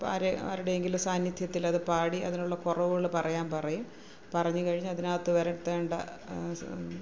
ഇപ്പോൾ ആര് ആരുടെയെങ്കിലും സാന്നിധ്യത്തിലത് പാടി അതിനുള്ള കുറവുകൾ പറയാൻ പറയും പറഞ്ഞു കഴിഞ്ഞ് അതിനകത്ത് വരുത്തേണ്ട